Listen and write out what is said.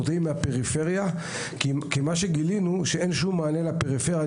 הפריפריה כי גילינו שאין שום מענה לפריפריה.